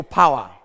power